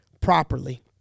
properly